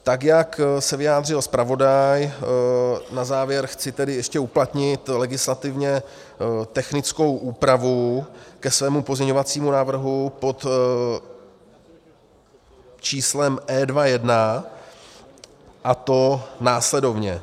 Tak jak se vyjádřil zpravodaj, na závěr chci tedy ještě uplatnit legislativně technickou úpravu ke svému pozměňovacímu návrhu pod číslem E2.1, a to následovně.